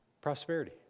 prosperity